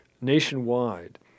nationwide